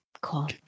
Cool